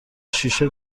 شیشه